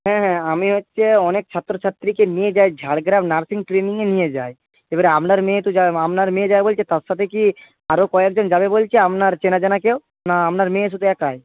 হ্যাঁ হ্যাঁ আমি হচ্ছে অনেক ছাত্রছাত্রীকে নিয়ে যাই ঝাড়গ্রাম নার্সিং ট্রেনিংয়ে নিয়ে যাই এবার আপনার মেয়ে তো যাবে আপনার মেয়ে যাবে বলছে তার সাথে কি আরো কয়েকজন যাবে বলছে আপনার চেনাজানা কেউ না আপনার মেয়ে শুধু একাই